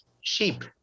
sheep